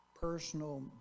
personal